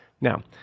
Now